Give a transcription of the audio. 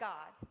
God